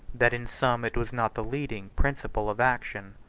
that in some it was not the leading, principle of action.